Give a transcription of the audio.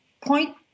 point